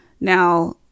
Now